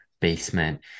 basement